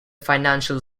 financial